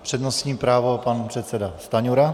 Přednostní právo pan předseda Stanjura.